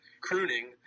crooning